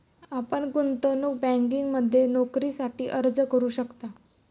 आपण गुंतवणूक बँकिंगमध्ये नोकरीसाठी अर्ज करू शकता